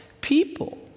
people